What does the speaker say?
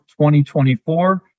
2024